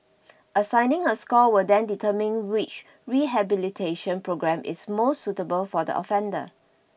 assigning a score will then determine which rehabilitation programme is most suitable for the offender